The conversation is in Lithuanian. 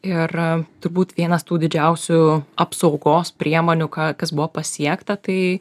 ir turbūt vienas tų didžiausių apsaugos priemonių ką kas buvo pasiekta tai